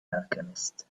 alchemist